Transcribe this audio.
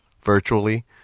virtually